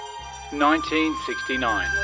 1969